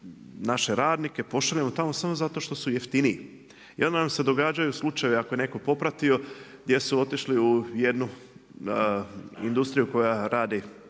naše radnike pošaljemo tamo samo zato što su jeftiniji. I onda nam se događaju slučajevi ako je neko popratio gdje su otišli u jednu industriju koja radi